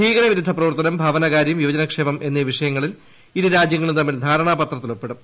ഭീകരവിരുദ്ധ പ്രവർത്തനം ഭവനകാര്യം യുവജനക്ഷേമം എന്നീ വിഷയങ്ങളിൽ ഇരുരാജ്യങ്ങളും തമ്മിൽ ധാരണാ പത്രത്തിൽ ഒപ്പിടും